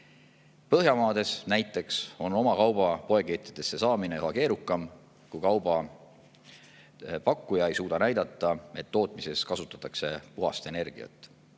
Põhjamaades näiteks on oma kauba poekettidesse saamine üha keerukam, kui kauba pakkuja ei suuda näidata, et tootmises kasutatakse puhast energiat.